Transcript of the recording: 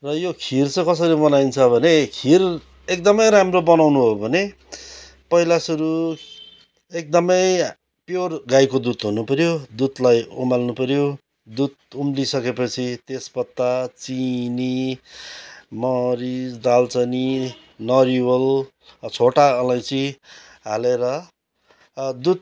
र यो खिर चाहिँ कसरी बनाइन्छ भने खिर एकदमै राम्रो बनाउनु हो भने पहिला सुरु एकदमै प्युर गाईको दुध हुनुपऱ्यो दुधलाई उमाल्नुपऱ्यो दुध उम्लिसकेपछि तेजपत्ता चिनी मरिच दालचिनी नरिवल छोटा अलैँची हालेर दुध